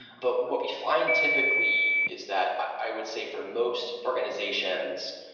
but what we find typically is that, i would say, for most organizations,